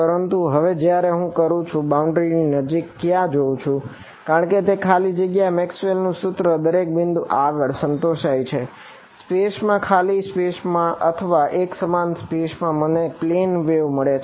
પરંતુ હવે જયારે હું તે કરું છું હું બાઉન્ડ્રી મળશે